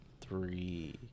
three